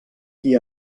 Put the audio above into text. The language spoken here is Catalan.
qui